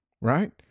right